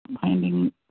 finding